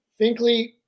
Finkley